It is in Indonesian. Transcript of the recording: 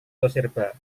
toserba